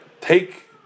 take